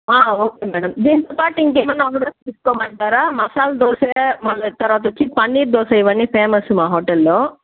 okay madam దీనితో పాటు ఇంకేమన్నా ఆర్డర్స్ తీసుకోమంటారా మసాలా దోస మళ్ళీ తర్వాత ఒచ్చి పన్నీర్ దోస ఇవన్నీఫేమస్ మా హోటల్లో